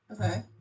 Okay